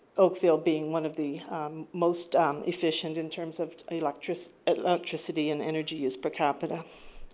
oakville being one of the most efficient in terms of electricity electricity and energy use per cap. but